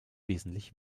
wesentlich